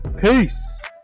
Peace